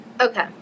Okay